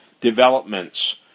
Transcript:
developments